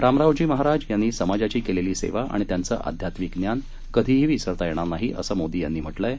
रामरावजी महाराज यांनी समाजाची केलेली सेवा आणि त्यांच आध्यात्मिक ज्ञान कधाही विसरता येणार नाही असं मोदी यांनी म्हटलं आहे